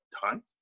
time